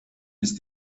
ist